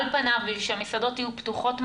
על פניו כדי שהמסעדות יהיו פתוחות מחר,